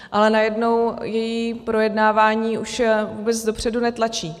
Ale najednou její projednávání už vůbec dopředu netlačí.